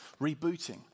rebooting